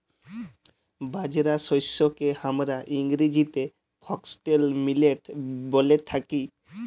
বাজরা শস্যকে হামরা ইংরেজিতে ফক্সটেল মিলেট ব্যলে থাকি